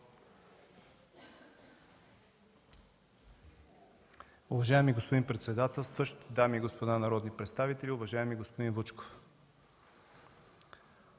Уважаеми господин председател, уважаеми господа народни представители! Уважаеми господин Станилов,